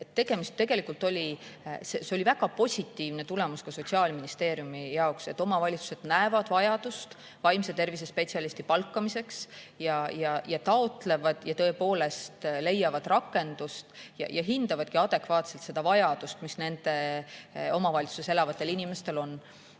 eksida. See oli väga positiivne tulemus ka Sotsiaalministeeriumi jaoks, et omavalitsused näevad vajadust vaimse tervise spetsialisti palkamiseks ja taotlevad [lisaraha] ja tõepoolest leiavad rakendust ja hindavadki adekvaatselt seda vajadust, mis nende omavalitsuses elavatel inimestel on.